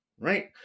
right